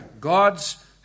God's